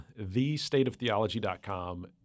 thestateoftheology.com